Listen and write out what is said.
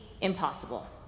impossible